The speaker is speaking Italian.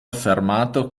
affermato